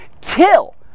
kill